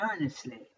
earnestly